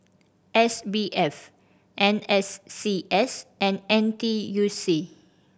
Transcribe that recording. S B F N S C S and N T U C